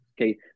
Okay